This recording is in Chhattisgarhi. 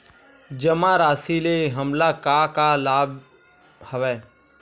जमा राशि ले हमला का का लाभ हवय?